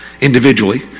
individually